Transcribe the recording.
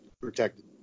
protected